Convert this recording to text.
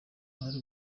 hari